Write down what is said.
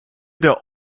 der